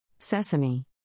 Sesame